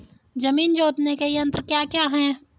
जमीन जोतने के यंत्र क्या क्या हैं?